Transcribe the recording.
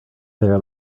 there